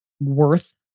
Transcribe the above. worth